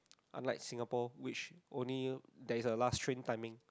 unlike Singapore which only there is a last train timing